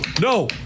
no